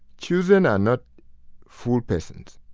children are not full persons.